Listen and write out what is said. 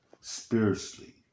spiritually